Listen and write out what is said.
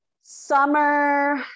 Summer